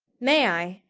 may i?